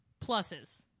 pluses